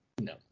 No